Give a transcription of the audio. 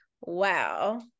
Wow